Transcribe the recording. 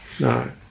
No